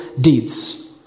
deeds